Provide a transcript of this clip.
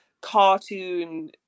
cartoon